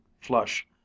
flush